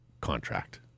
contract